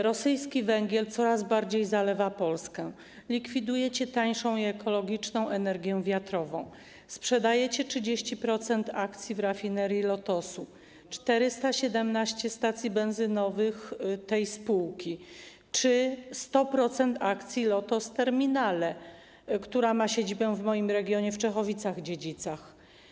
Rosyjski węgiel coraz bardziej zalewa Polskę, likwidujecie tańszą i ekologiczną energię wiatrową, sprzedajecie 30% udziałów rafinerii Lotosu, 417 stacji benzynowych tej spółki czy 100% akcji LOTOS Terminale, która ma siedzibę w moim regionie w Czechowicach-Dziedzicach.